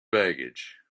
baggage